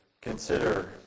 consider